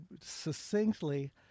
succinctly